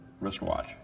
wristwatch